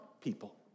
people